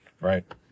right